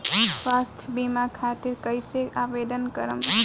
स्वास्थ्य बीमा खातिर कईसे आवेदन करम?